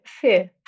Fear